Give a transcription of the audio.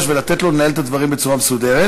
אלא לתת לו לנהל את הדברים בצורה מסודרת,